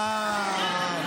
אה,